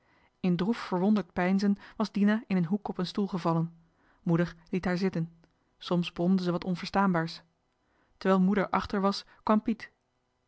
in droef verwonderd peinzen was dina in een hoek op een stoel gevallen moeder liet haar zitten soms bromde ze wat onverstaanbaars terwijl moeder achter was kwam piet